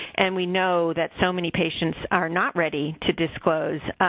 and we know that so many patients are not ready to disclose